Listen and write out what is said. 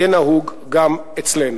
יהיה נהוג גם אצלנו.